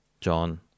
John